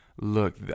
look